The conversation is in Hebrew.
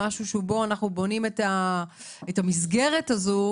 משהו שבו אנחנו בונים את המסגרת הזאת,